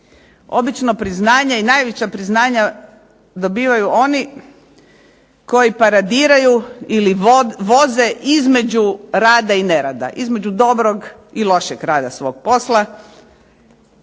Obično priznanje i najveća priznanja dobivaju oni koji paradiraju ili voze između rada i nerada, između dobrog i lošeg rada svog posla.